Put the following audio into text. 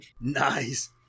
Nice